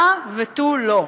הא ותו לא.